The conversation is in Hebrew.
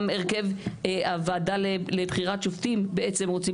גם הרכב הוועדה לבחירת שופטים בעצם רוצים